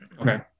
okay